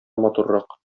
матуррак